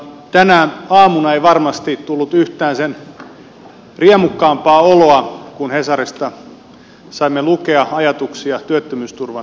tänä aamuna ei varmasti tullut yhtään sen riemukkaampaa oloa kun hesarista saimme lukea ajatuksia työttömyysturvan heikentämisestä